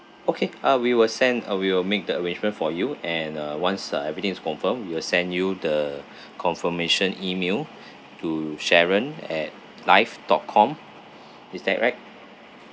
okay uh we will send uh we will make the arrangement for you and uh once uh everything is confirm we will send you the confirmation email to sharon at live dotcom is that right